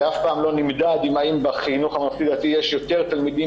ואף פעם לא נמדד אם בחינוך הממלכתי-דתי יש יותר תלמידים